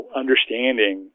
understanding